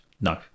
no